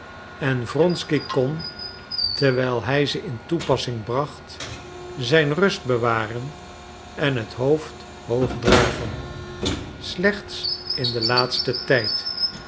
en wronsky kon terwijl hij ze in toepassing bracht zijn rust bewaren en het hoofd hoog dragen slechts in den laatsten tijd